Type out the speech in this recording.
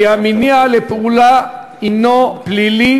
כי המניע לפעולה הוא פלילי.